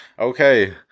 Okay